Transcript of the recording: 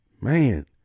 Man